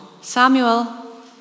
Samuel